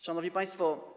Szanowni Państwo!